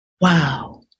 wow